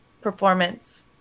performance